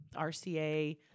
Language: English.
RCA